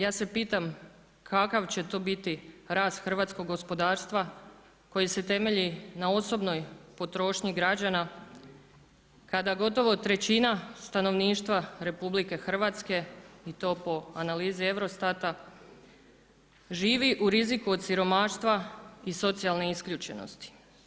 Ja se pitam kakav će to biti rast hrvatskog gospodarstva koji se temelji na osobnoj potrošnji građana kada gotovo trećina stanovništva RH i to po analizi EUROSTAT-a, živi u riziku od siromaštva i socijalne isključenosti?